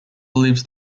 believes